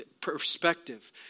perspective